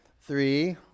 three